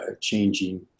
changing